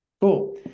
Cool